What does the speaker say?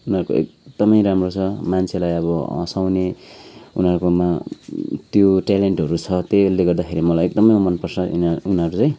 उनीहरूको एकदमै राम्रो छ मान्छेलाई अब हसाँउने उनीहरूकोमा त्यो टेलेन्टहरू छ त्यसले गर्दाखेरि मलाई एकदमै मनपर्छ यिनीहरू उनीहरू चाहिँ